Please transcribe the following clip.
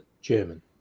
German